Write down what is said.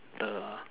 the